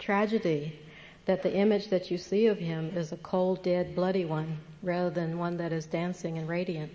tragedy that the image that you see of him as a cold dead bloody one rather than one that is dancing and radi